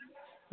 हूँ